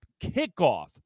kickoff